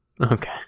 Okay